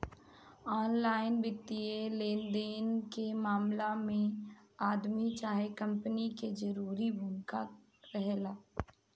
online वित्तीय लेनदेन के मामला में आदमी चाहे कंपनी के जरूरी भूमिका रहेला